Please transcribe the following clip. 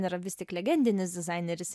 yra vis tik legendinis dizaineris